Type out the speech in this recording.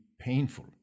painful